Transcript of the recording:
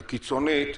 הקיצונית,